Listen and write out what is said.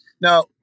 Now